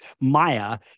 maya